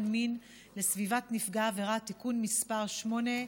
מין לסביבת נפגע העבירה (תיקון מס' 8),